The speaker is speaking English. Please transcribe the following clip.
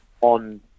on